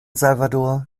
salvador